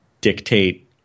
dictate